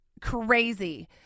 crazy